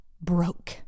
broke